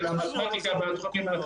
המתמטיקה וכולי.